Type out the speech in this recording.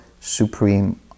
supreme